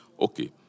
Okay